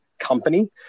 Company